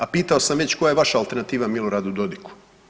A pitao sam već koja je vaša alternativa Miloradu Dodigu?